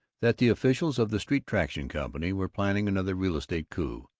that the officials of the street traction company were planning another real-estate coup,